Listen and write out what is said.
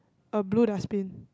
a blue dustbin